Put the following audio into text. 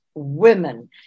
women